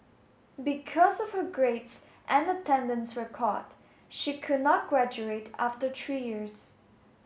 because of her grades and attendance record she could not graduate after three years